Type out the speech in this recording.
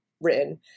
written